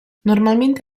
normalmente